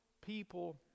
people